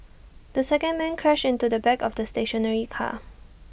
the second man crashed into the back of the stationary car